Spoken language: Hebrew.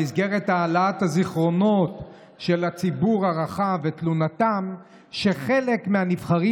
במסגרת העלאת הזיכרונות של הציבור הרחב ותלונתם שחלק מהנבחרים